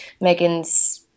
Megan's